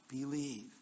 Believe